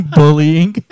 bullying